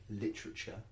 literature